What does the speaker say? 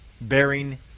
bearing